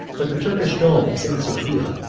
but the turkish dome of st. sophia,